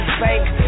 fake